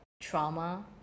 trauma